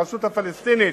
הרשות הפלסטינית,